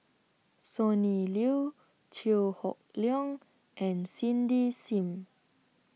Sonny Liew Chew Hock Leong and Cindy SIM